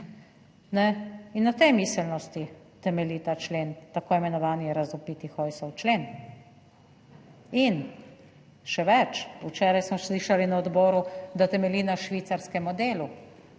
In na tej miselnosti temelji ta člen, tako imenovani razvpiti Hojsov člen. In še več, včeraj smo slišali na odboru, da temelji na švicarskem modelu